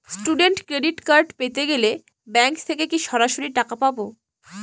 Student credit card পেতে গেলে bank থেকে কি সরাসরি টাকা পাবো?